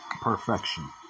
Perfection